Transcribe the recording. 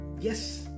Yes